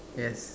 yes